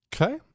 Okay